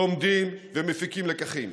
לומדים ומפיקים לקחים.